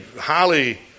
highly